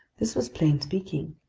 this was plain speaking.